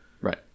right